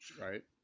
right